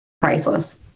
priceless